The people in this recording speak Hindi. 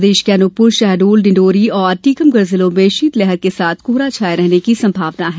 प्रदेश के अनुपपुर शहडोल डिण्डोरी और टीकमगढ़ जिलों में शीतलहर के साथ कोहरा छाये रहने की भी संभावना है